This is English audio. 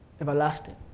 everlasting